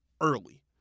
early